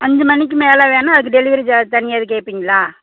அஞ்சு மணிக்கு மேலே வேணுணா அதுக்கு டெலிவெரி சார்ஜு தனியாக எதுவும் கேட்பிங்களா